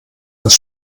das